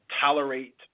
tolerate